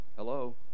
hello